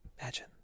Imagine